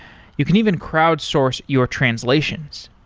you can even crowd source your translations.